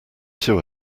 two